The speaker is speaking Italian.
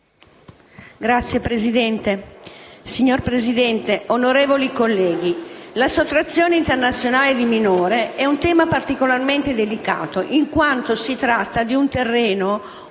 *(PD)*. Signora Presidente, onorevoli colleghi, la sottrazione internazionale di minore è un tema particolarmente delicato in quanto si tratta di un terreno ove